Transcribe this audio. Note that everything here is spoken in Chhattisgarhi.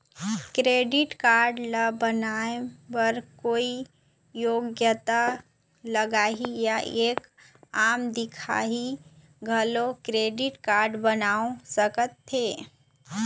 क्रेडिट कारड ला बनवाए बर कोई योग्यता लगही या एक आम दिखाही घलो क्रेडिट कारड बनवा सका थे?